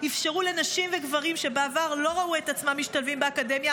אפשרו לנשים ולגברים שבעבר לא ראו את עצמם משתלבים באקדמיה,